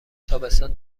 تابستان